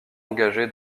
engagée